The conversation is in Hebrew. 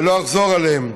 ולא אחזור עליהם.